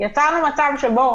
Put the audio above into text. יצרנו מצב שבו